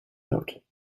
note